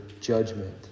judgment